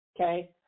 Okay